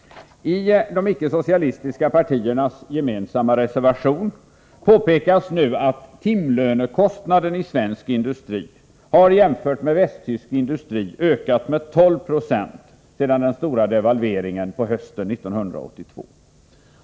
I de icke-socialistiska partiernas gemensamma reservation påpekas att timlönekostnaden i svensk industri har jämfört med västtysk industri ökat med 12 26 sedan den stora devalveringen på hösten 1982.